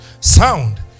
Sound